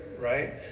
right